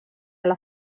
alla